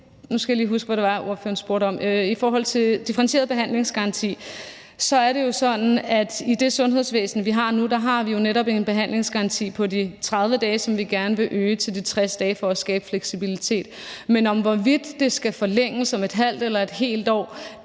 skal lave, kommer ganske snart. Så ser du det der. I forhold til differentieret behandlingsgaranti er det jo sådan, at vi i det sundhedsvæsen, vi har nu, jo netop har en behandlingsgaranti på 30 dage, hvilket vi gerne vil øge til 60 dage for at skabe fleksibilitet, men om, hvorvidt det skal forlænges om et halvt eller et helt år,